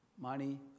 Money